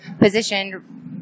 positioned